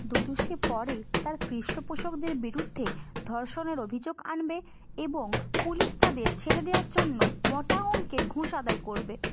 দুদশক পরে তার পৃষ্ঠপোষকদের বিরুদ্ধে ধর্ষণের অভিযোগ আনবে এবং পুলিশ তাদের ছেড়ে দেয়ার জন্য মোটা অঙ্কের ঘুষ আদায় করবে